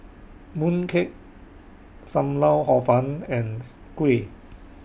Mooncake SAM Lau Hor Fun and Kuih